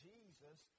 Jesus